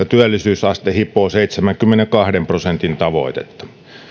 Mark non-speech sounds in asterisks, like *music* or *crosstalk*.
*unintelligible* työllisyysaste hipoo seitsemänkymmenenkahden prosentin tavoitetta